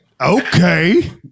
Okay